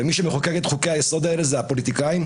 מי שמחוקק את חוקי היסוד האלה, הם הפוליטיקאים.